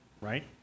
right